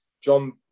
John